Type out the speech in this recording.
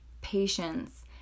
patience